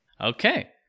Okay